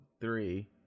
three